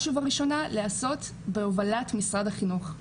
ובראשונה להיעשות בהובלת משרד החינוך.